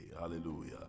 Hallelujah